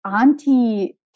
auntie